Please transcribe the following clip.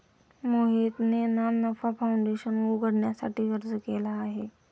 मोहितने ना नफा फाऊंडेशन उघडण्यासाठी अर्ज केला आहे